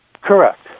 Correct